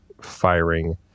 firing